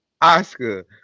Oscar